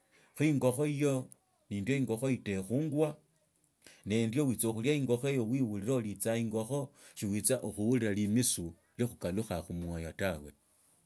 Kho inyokha iyo nindia inyokha itokhungwa nendio usita khulia nyokho hiyo wiworilaa olitsa ingokha shuwiba okuuriraa limitru likhukhalukha khumwoyo tawe.